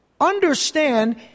understand